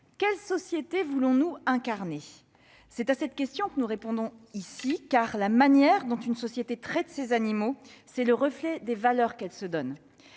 quelle société voulons-nous incarner ? C'est à cette question que nous répondons ici. Car la manière dont une société traite ses animaux est le reflet des valeurs qu'elle se donne.